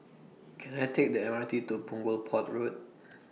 Can I Take The M R T to Punggol Port Road